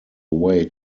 way